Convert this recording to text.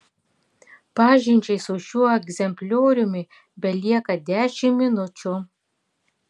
pažinčiai su šiuo egzemplioriumi belieka dešimt minučių